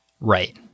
Right